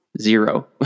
zero